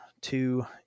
two